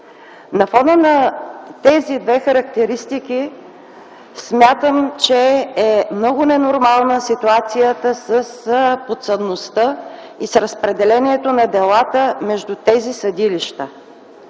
На фона на тези две характеристики смятам, че е много ненормална ситуацията с подсъдността и с разпределението на делата между тези съдилища.